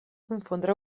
confondre